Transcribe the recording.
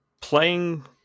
playing